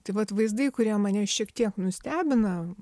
tai vat vaizdai kurie mane šiek tiek nustebina